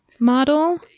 model